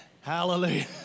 Hallelujah